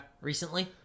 recently